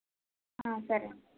సరే అండి